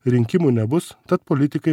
rinkimų nebus tad politikai